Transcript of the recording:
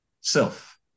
self